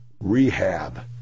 rehab